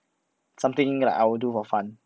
something like I will do for fun